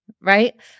right